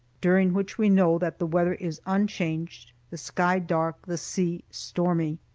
during which we know that the weather is unchanged, the sky dark, the sea stormy.